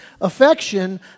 affection